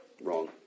wrong